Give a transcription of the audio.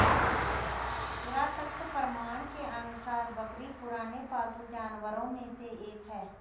पुरातत्व प्रमाण के अनुसार बकरी पुराने पालतू जानवरों में से एक है